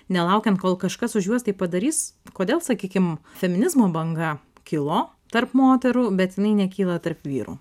nelaukiant kol kažkas už juos tai padarys kodėl sakykim feminizmo banga kilo tarp moterų bet jinai nekyla tarp vyrų